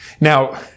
Now